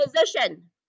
position